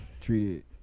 treated